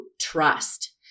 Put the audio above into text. trust